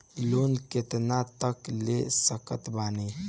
Loan कितना तक ले सकत बानी?